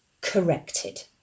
corrected